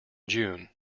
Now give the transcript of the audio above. june